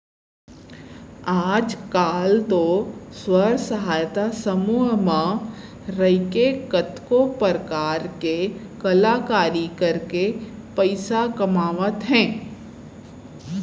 आज काल तो स्व सहायता समूह म रइके कतको परकार के कलाकारी करके पइसा कमावत हें